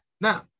Now